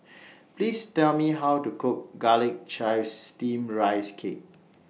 Please Tell Me How to Cook Garlic Chives Steamed Rice Cake